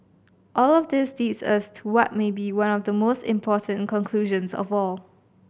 all of this leads us to what may be one of the most important conclusions of all